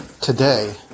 today